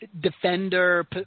Defender